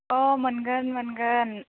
अ मोनगोन मोनगोन